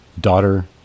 Daughter